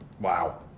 Wow